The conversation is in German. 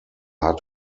hat